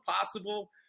possible